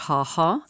HaHa